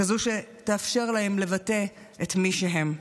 כזאת שתאפשר להם לבטא את מי שהם.